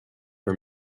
for